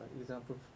example